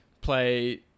play